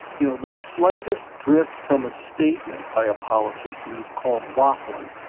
you know, the slightest drift from a statement by a politician is called waffling.